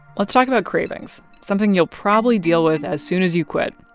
let's talk about cravings, something you'll probably deal with as soon as you quit.